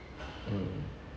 mm